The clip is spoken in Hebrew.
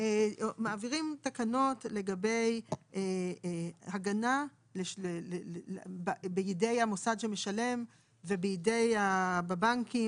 מעבירים תקנות לגבי הגנה בידי המוסד שמשלם ובידי בבנקים,